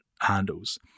handles